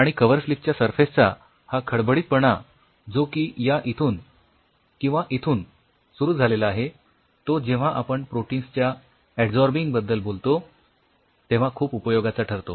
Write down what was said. आणि कव्हरस्लिपच्या सरफेसचा हा खडबडीतपणा जो की या इथून किंवा इथून सुरु झालेला आहे तो जेव्हा आपण प्रोटिन्सच्या अडझॉर्बिंग बद्दल बोलतो तेव्हा खूप उपयोगाचा ठरतो